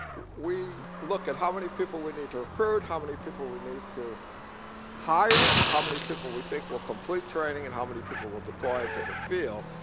we look at how many people we need to recruit, how many people we need to hire, how many people we think will complete training and how many people will deploy to the field.